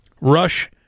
Rush